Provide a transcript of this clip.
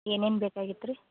ಏನೇನು ಬೇಕಾಗಿತ್ತು ರೀ